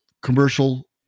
Commercial